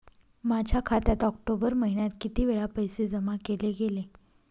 माझ्या खात्यात ऑक्टोबर महिन्यात किती वेळा पैसे जमा केले गेले?